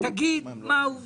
תגיד מהן העובדות.